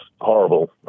Horrible